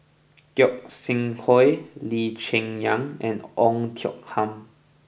Gog Sing Hooi Lee Cheng Yan and Oei Tiong Ham